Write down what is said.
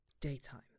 daytime